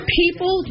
people